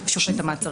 הפוכה.